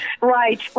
right